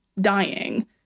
dying